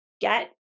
get